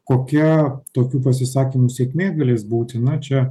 kokia tokių pasisakymų sėkmė galės būti na čia